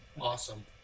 Awesome